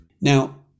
Now